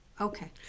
okay